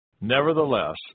Nevertheless